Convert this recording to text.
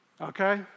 Okay